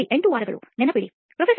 8 ವಾರಗಳನ್ನು ನೆನಪಿಡಿ ಪ್ರೊಫೆಸರ್